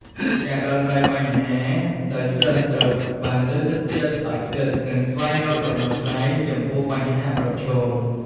ការរដោះស្រាយបញ្ហា ដោយសិស្សត្រូវបានលើកទឹកចិត្តឱ្យគិត និងស្វែងរកដំណោះស្រាយចំពោះបញ្ហាប្រឈម។